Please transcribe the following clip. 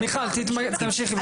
מיכל תמשיכי במה שהתחלת.